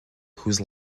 whose